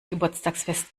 geburtstagsfest